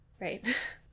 Right